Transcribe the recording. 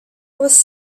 was